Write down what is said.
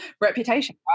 reputation